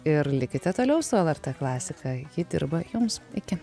ir likite toliau su lrt klasika ji dirba jums iki